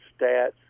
stats